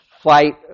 fight